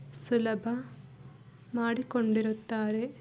ಸುಲಭ ಮಾಡಿಕೊಂಡಿರುತ್ತಾರೆ